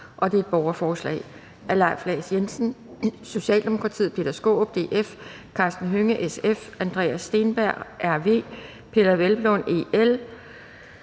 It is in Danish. med det borgerforslag,